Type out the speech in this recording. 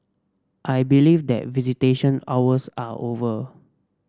I believe that visitation hours are over